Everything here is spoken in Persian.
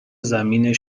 زمین